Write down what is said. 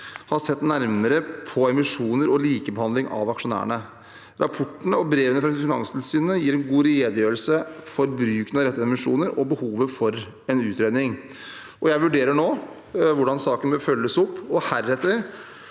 har sett nærmere på emisjoner og likebehandling av aksjonærene. Rapportene og brevene fra Finanstilsynet gir en god redegjørelse for bruken av rettede emisjoner og behovet for en utredning. Jeg vurderer nå hvordan saken bør følges opp, og om det